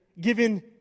given